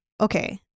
okay